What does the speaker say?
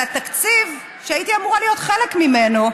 על התקציב שהייתי אמורה להיות חלק ממנו.